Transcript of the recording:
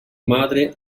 madre